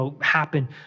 happen